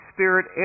Spirit